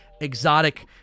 exotic